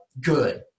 good